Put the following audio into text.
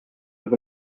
vous